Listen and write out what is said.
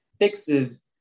fixes